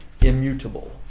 immutable